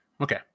Okay